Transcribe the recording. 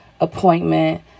appointment